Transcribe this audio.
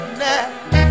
now